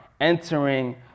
entering